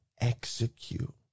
execute